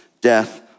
death